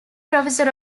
professor